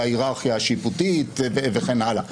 להיררכיה השיפוטית וכן הלאה,